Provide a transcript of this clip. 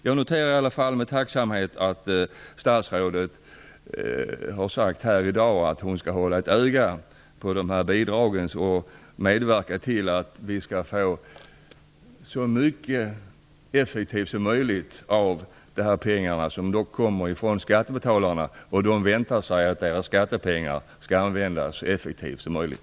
Jag noterar i alla fall med tacksamhet att statsrådet här i dag har sagt att hon skall hålla ett öga på de här bidragen och medverka till att vi får ut så mycket som möjligt av de pengar som ändå kommer från skattebetalarna. Dessa förväntar sig ju att deras skattepengar används så effektivt som möjligt.